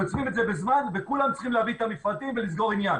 קוצבים את זה בזמן וכולם צריכים להביא את המפרטים ולסגור עניין.